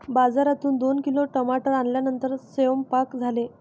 बाजारातून दोन किलो टमाटर आणल्यानंतर सेवन्पाक झाले